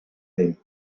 name